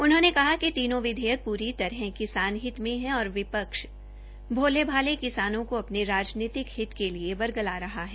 उन्होंने कहा कि तीनों विधेयकों प्री तरह किसान हित में है और विपक्ष भोले भाले किसानों को अपने राजनीतिक हित के लिए वरगला रहे है